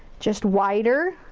just wider.